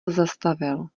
zastavil